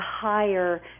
higher